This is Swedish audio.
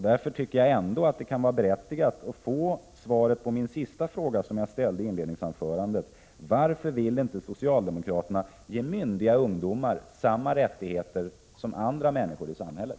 Därför tycker jag att det ändå kan vara berättigat att jag får svar på min sista fråga i mitt inledningsanförande: Varför vill inte socialdemokraterna ge myndiga ungdomar samma rättigheter som andra människor i samhället?